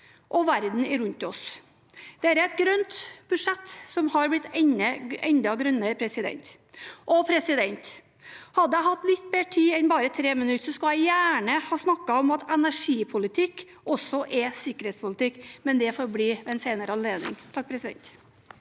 og verden rundt oss. Dette er et grønt budsjett som har blitt enda grønnere – og hadde jeg hatt litt mer tid enn bare tre minutter, skulle jeg gjerne ha snakket om at energipolitikk også er sikkerhetspolitikk, men det får bli ved en senere anledning. Erlend